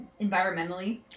environmentally